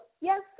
yes